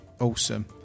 Awesome